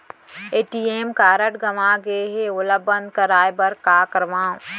ATM card गंवा गे है ओला बंद कराये बर का करंव?